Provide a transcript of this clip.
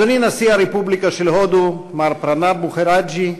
אדוני, נשיא הרפובליקה של הודו, מר פרנב מוקהרג'י,